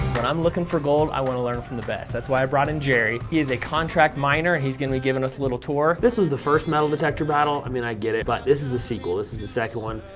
when i'm looking for gold, i want to learn from the best. that's why i brought in jerry. he is a contract miner. he's going to be giving us a little tour. if this was the first metal detector battle, i mean, i get it. but this is a sequel. this is a second one.